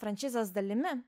franšizės dalimi